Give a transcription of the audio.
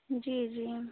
जी जी